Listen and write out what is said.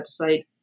website